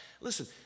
Listen